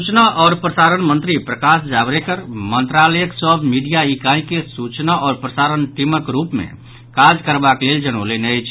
सूचना आओर प्रसारण मंत्री प्रकाश जावड़ेकर मंत्रालयक सभ मिडिया इकाई के सूचना आओर प्रसारण टीमक रूप मे काज करबाक लेल जनौलनि अछि